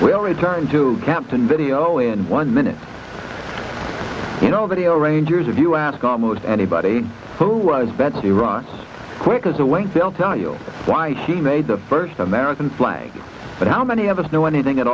will return to captain video in one minute you know video rangers if you ask almost anybody who was betsy ross quick as a wink they'll tell you why he made the first american flag but how many of us know anything at